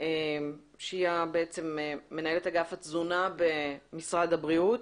שהיא בעצם מנהלת אגף התזונה במשרד הבריאות.